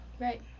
Right